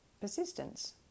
persistence